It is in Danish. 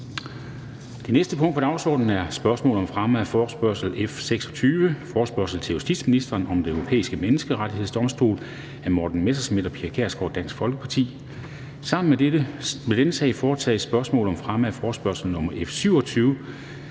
Det første punkt på dagsordenen er: 1) Spørgsmål om fremme af forespørgsel nr. F 26: Forespørgsel til justitsministeren om Den Europæiske Menneskerettighedsdomstol. Af Morten Messerschmidt (DF) og Pia Kjærsgaard (DF). (Anmeldelse 02.12.2020). Sammen med dette punkt foretages: 2) Spørgsmål om fremme af forespørgsel nr. F 27: